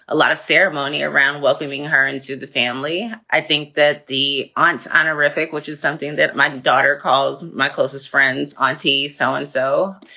a lot of ceremony around welcoming her into the family. i think that the aunt honorific, which is something that my daughter calls my closest friends, auntie so-and-so,